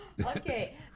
Okay